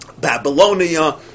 Babylonia